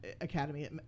Academy